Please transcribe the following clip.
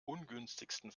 ungünstigsten